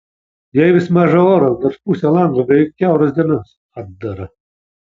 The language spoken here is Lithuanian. jai vis maža oro nors pusė lango beveik kiauras dienas atdara